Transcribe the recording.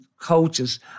coaches